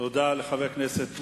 תודה לחבר הכנסת מולה.